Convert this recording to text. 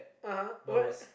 ah !huh! what